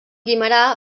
guimerà